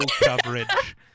coverage